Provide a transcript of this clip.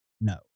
No